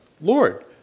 Lord